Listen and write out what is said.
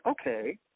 okay